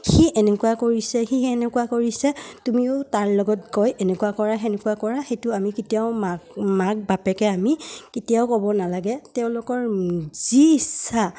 সি এনেকুৱা কৰিছে সি তেনেকুৱা কৰিছে তুমিও তাৰ লগত গৈ এনেকুৱা কৰা তেনেকুৱা কৰা সেইটো আমি কেতিয়াও মাক মাক বাপেকে আমি কেতিয়াও ক'ব নালাগে তেওঁলোকৰ যি ইচ্ছা